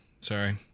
Sorry